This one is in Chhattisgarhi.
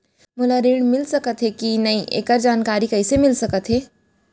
मोला ऋण मिलिस सकत हे कि नई एखर जानकारी कइसे मिलिस सकत हे?